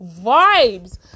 vibes